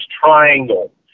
triangle